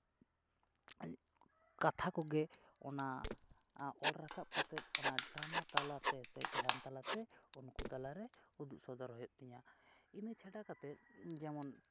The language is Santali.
ᱠᱟᱛᱷᱟ ᱠᱚᱜᱮ ᱚᱱᱟ ᱚᱞ ᱨᱟᱠᱟᱵ ᱠᱟᱛᱮ ᱚᱱᱟ ᱰᱨᱟᱢᱟ ᱛᱟᱞᱟᱛᱮ ᱥᱮ ᱜᱟᱭᱟᱱ ᱛᱟᱞᱟᱛᱮ ᱩᱱᱠᱩ ᱛᱟᱞᱟᱨᱮ ᱩᱫᱩᱜ ᱥᱚᱫᱚᱨ ᱦᱩᱭᱩᱜ ᱛᱤᱧᱟᱹ ᱤᱱᱟᱹ ᱪᱷᱟᱰᱟ ᱠᱟᱛᱮ ᱡᱮᱢᱚᱱ